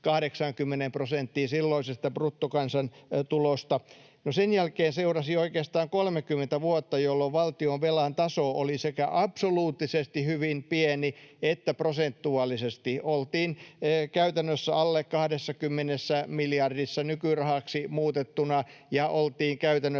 80 prosenttiin silloisesta bruttokansantulosta. Sen jälkeen seurasi oikeastaan 30 vuotta, jolloin valtionvelan taso oli sekä absoluuttisesti että prosentuaalisesti hyvin pieni, oltiin käytännössä alle 20 miljardissa nykyrahaksi muutettuna ja oltiin käytännössä